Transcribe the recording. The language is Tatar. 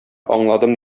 аңладым